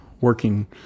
working